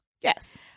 Yes